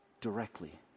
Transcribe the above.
directly